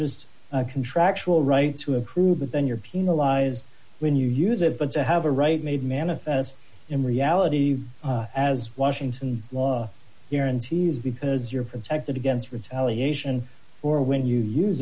just a contractual right to a crew but then you're penalized when you use it but to have a right made manifest in reality as washington law guarantees because you're protected against retaliation or when you use